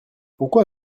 pourquoi